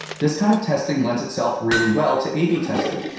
this kind of testing lends itself really well to a b testing.